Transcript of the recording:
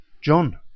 John